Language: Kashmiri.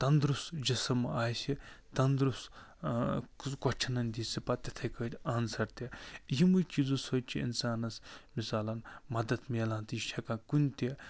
تندرُس جِسم آسہِ تندرُس کۄسچنن دِ سُہ پتہٕ تِتھٕے پٲٹھۍ آنسر تہِ یِموے چیٖزو سۭتۍ چھُ اِنسانس مِثالن مدتھ میلان تہِ یہِ چھُ ہٮ۪کان کُنہِ تہِ